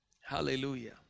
Hallelujah